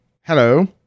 Hello